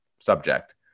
subject